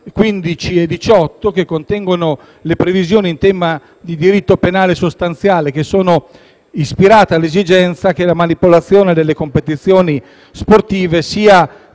15 e 18, che contengono le previsioni in tema di diritto penale sostanziale, ispirate all'esigenza che la manipolazione delle competizioni sportive sia